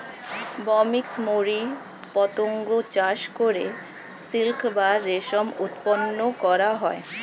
Bombyx mori পতঙ্গ চাষ করে সিল্ক বা রেশম উৎপন্ন করা হয়